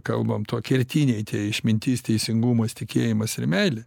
kalbam tuo kertiniai tie išmintis teisingumas tikėjimas ir meilė